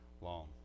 long